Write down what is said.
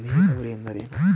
ನೀರಾವರಿ ಎಂದರೇನು?